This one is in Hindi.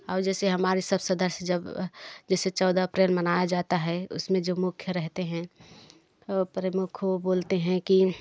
और जैसे हमारे सब सदस्य जब जैसे चौदह अप्रैल मनाया जाता है उसमें जो मुख्य रहते हैं प्रमुख को बोलते हैं कि